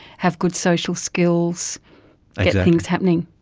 have good social skills, get things happening.